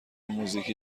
موزیکی